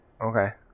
Okay